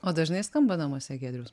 o dažnai skamba namuose giedriaus